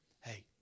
Hey